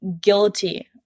guilty